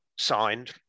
signed